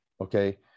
okay